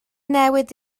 newid